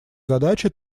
задачи